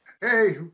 Hey